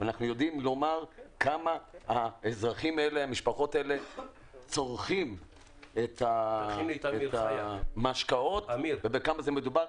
אנחנו יודעים כמה המשפחות האלה צורכות את המשקאות ובכמה זה מדובר.